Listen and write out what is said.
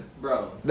bro